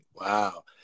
Wow